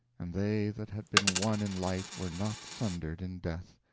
and they that had been one in life were not sundered in death.